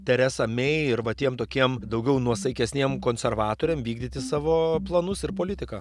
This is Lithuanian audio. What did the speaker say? teresa mei arba tiem tokiem daugiau nuosaikesniem konservatoriam vykdyti savo planus ir politiką